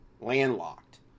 landlocked